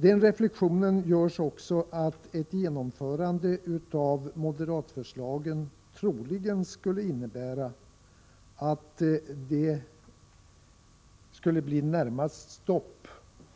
Den reflexionen görs också att ett genomförande av förslagen från moderaterna troligen skulle innebära att det skulle bli i det närmaste stopp